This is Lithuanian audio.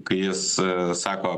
kai jis sako